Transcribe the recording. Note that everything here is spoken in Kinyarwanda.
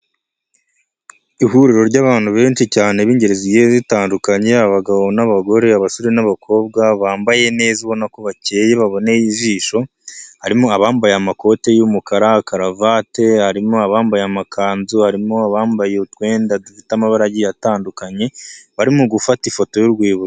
Ihuriro ry'abantu benshi cyane, b'ingeri zigiye zitandukanye, abagabo n'abagore, abasore n'abakobwa, bambaye neza ubona ko bakeye, baboneye ijisho, harimo abambaye amakoti y'umukara, karavate, harimo abambaye amakanzu, harimo abambaye utwenda dufite amabara agiye atandukanye, barimo gufata ifoto y'urwibutso.